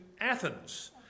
Athens